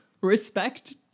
Respect